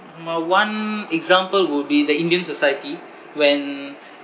my one example would be the indian society when